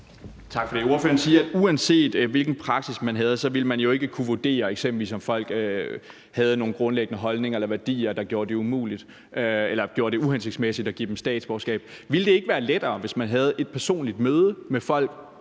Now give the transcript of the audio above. siger, at uanset hvilken praksis man havde, ville man jo ikke kunne vurdere, om folk eksempelvis havde nogle grundlæggende holdninger eller værdier, der gjorde det uhensigtsmæssigt at give dem statsborgerskab. Ville det ikke være lettere eksempelvis at vurdere, om det er folk